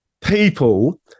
people